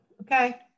okay